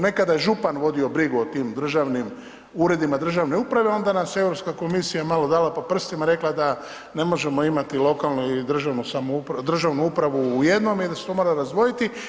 Nekada je župan vodio brigu o tim državnim uredima, uredima državne uprave onda nas Europska komisija malo dala po prstima rekla da ne možemo imati lokalnu i državnu upravu u jednom i da se to mora razdvojiti.